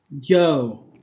Yo